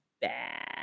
bad